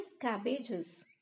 cabbages